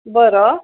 बरं